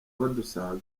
badusanga